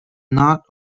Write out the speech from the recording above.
not